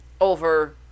over